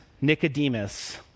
Nicodemus